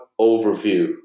overview